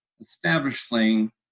establishing